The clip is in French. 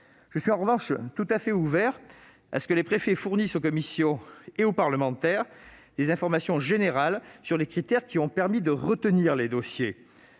Je suis en revanche tout à fait ouvert à ce que les préfets fournissent aux commissions et aux parlementaires des informations générales sur les critères ayant permis de retenir les dossiers.